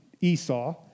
Esau